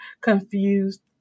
confused